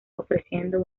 ofreciendo